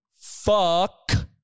fuck